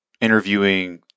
interviewing